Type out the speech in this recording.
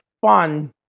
fun